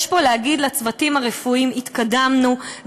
יש פה להגיד לצוותים הרפואיים: התקדמנו,